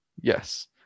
Yes